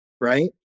Right